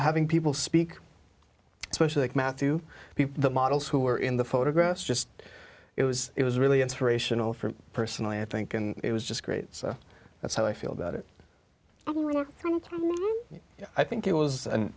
a having people speak specially matthew the models who were in the photographs just it was it was really inspirational for personally i think and it was just great so that's how i feel about it i think it was an